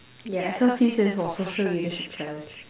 yeah S_L_C stands for social leadership challenge